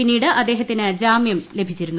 പിന്നീട് അദ്ദേഹത്തിന് ജാമ്യം ലഭിച്ചിരുന്നു